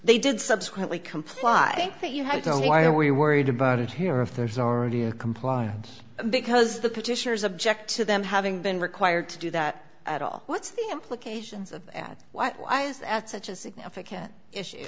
they did subsequently comply but you have to why are you worried about it here if there's already a compliance because the petitioners object to them having been required to do that at all what's the implications of that why is that such a significant issue